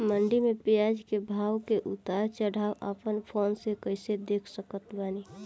मंडी मे प्याज के भाव के उतार चढ़ाव अपना फोन से कइसे देख सकत बानी?